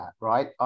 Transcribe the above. Right